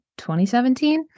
2017